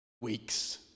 weeks